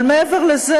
אבל מעבר לזה,